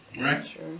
Right